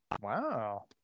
Wow